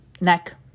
neck